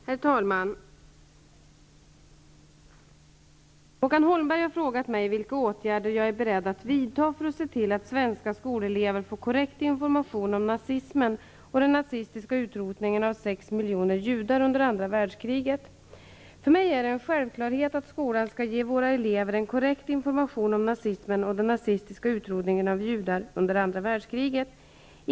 Herr talman! Håkan Holmberg har frågat mig vilka åtgärder jag är beredd att vidta för att se till att svenska skolelever får korrekt information om nazismen och den nazistiska utrotningen av sex miljoner judar under andra världskriget. För mig är det en självklarhet att skolan skall ge våra elever en korrekt information om nazismen och den nazistiska utrotningen av judar under andra världskriget.